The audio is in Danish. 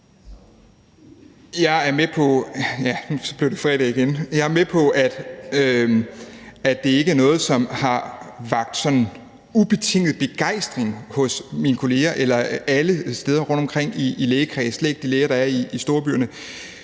Jeg er med på, at det ikke er noget, som har vakt ubetinget begejstring hos mine kolleger eller alle steder rundtomkring i lægekredse,